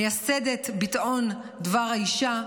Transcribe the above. מייסדת ביטאון "דבר האישה",